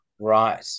Right